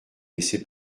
laisser